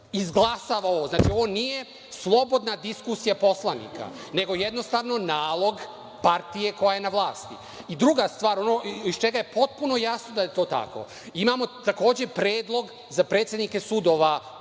izglasava ovo. Znači, ovo nije slobodna diskusija poslanika, nego jednostavno nalog partije koja je na vlasti. Druga stvar, ono iz čega je potpuno jasno da je to tako, imamo, takođe, predlog za predsednike sudova